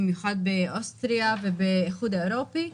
בייחוד באוסטריה ובאיחוד האירופי,